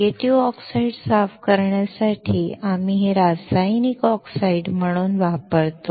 native oxide साफ करण्यापासून आम्ही हे रासायनिक ऑक्साईड म्हणून वापरतो